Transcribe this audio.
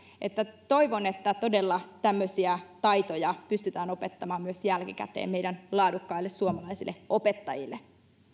toivon että todella tämmöisiä taitoja pystytään opettamaan myös jälkikäteen meidän laadukkaille suomalaisille opettajille